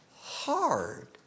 hard